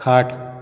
खाट